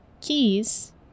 keys